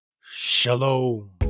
Shalom